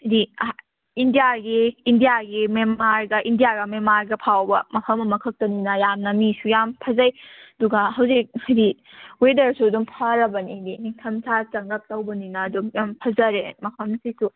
ꯍꯥꯏꯗꯤ ꯏꯟꯗꯤꯌꯥꯒꯤ ꯏꯟꯗꯤꯌꯥꯒꯤ ꯃꯦꯟꯃꯥꯔꯒ ꯏꯟꯗꯤꯌꯥꯒ ꯃꯦꯟꯃꯥꯔꯒ ꯐꯥꯎꯕ ꯃꯐꯝ ꯑꯃ ꯈꯛꯇꯅꯤꯅ ꯌꯥꯝꯅ ꯃꯤꯁꯨ ꯌꯥꯝ ꯐꯖꯩ ꯑꯗꯨꯒ ꯍꯧꯖꯤꯛ ꯍꯥꯏꯗꯤ ꯋꯦꯗꯔꯁꯨ ꯑꯗꯨꯝ ꯐꯔꯕꯅꯤ ꯍꯥꯏꯗꯤ ꯅꯤꯡꯊꯝꯊꯥ ꯆꯪꯉꯛꯇꯧꯕꯅꯤꯅ ꯑꯗꯨꯝ ꯌꯥꯝ ꯐꯖꯔꯦ ꯃꯐꯝꯁꯤꯁꯨ